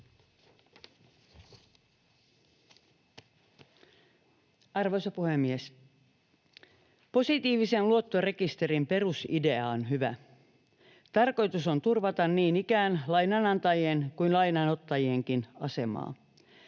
Arvoisa puhemies! Positiivisen luottorekisterin perusidea on hyvä. Tarkoitus on turvata niin lainanantajien kuin lainanottajienkin asemaa.